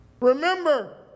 Remember